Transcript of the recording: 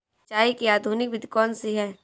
सिंचाई की आधुनिक विधि कौनसी हैं?